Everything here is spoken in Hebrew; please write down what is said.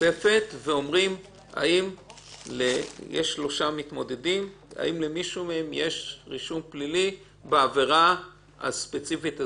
לכספת לראות אם יש למישהו מהמתמודדים רישום פלילי בעבירה הספציפית הזאת?